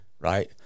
right